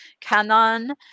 Canon